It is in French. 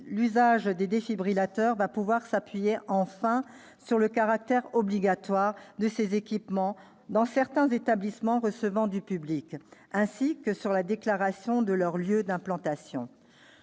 l'usage des défibrillateurs va pouvoir s'appuyer, enfin, sur le caractère obligatoire de ces équipements dans certains établissements recevant du public, ainsi que sur la déclaration de leurs lieux d'implantation.